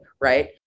right